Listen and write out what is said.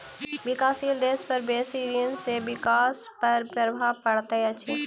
विकासशील देश पर बेसी ऋण सॅ विकास पर प्रभाव पड़ैत अछि